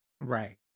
Right